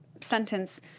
sentence